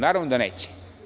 Naravno da neće.